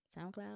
SoundCloud